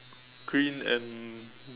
green and